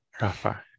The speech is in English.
Rafa